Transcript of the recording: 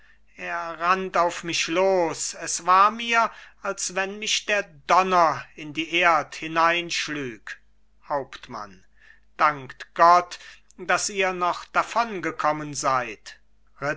er rannt auf mich los es war mir als wenn mich der donner in die erd hineinschlüg hauptmann dankt gott daß ihr noch davongekommen seid